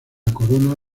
corona